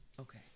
Okay